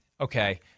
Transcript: Okay